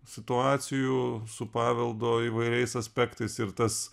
situacijų su paveldo įvairiais aspektais ir tas